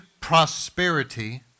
prosperity